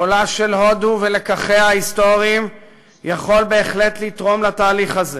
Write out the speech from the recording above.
קולה של הודו ולקחיה ההיסטוריים יכולים בהחלט לתרום לתהליך הזה,